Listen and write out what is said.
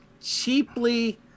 cheaply